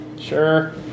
Sure